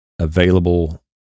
available